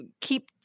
keep